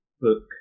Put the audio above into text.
book